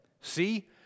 See